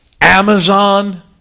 Amazon